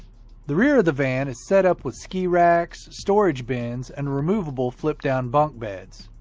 the rear of the van is set-up with ski racks, storage bins, and removable, flip-down bunk beds.